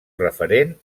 referent